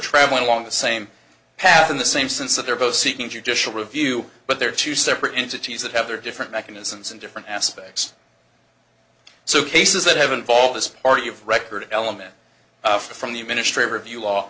travelling along the same path in the same sense that they're both seeking judicial review but there are two separate entities that have their different mechanisms and different aspects so cases that have involved this party of record element from the ministry of review law